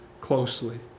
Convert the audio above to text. closely